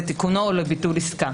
לתיקונו או לביטול עסקה.